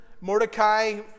Mordecai